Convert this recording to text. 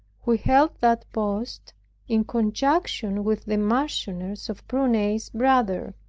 who held that post in conjunction with the marchioness of prunai's brother.